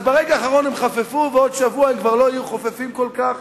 אז ברגע האחרון הם חפפו ובעוד שבוע הם לא יהיו חופפים כל כך.